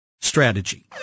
strategy